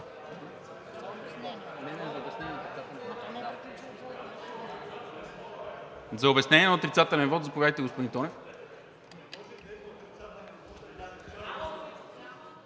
За обяснение на отрицателен вот – заповядайте, господин Тонев.